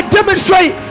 demonstrate